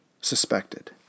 suspected